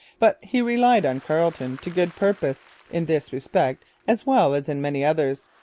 but he relied on carleton to good purpose in this respect as well as in many others.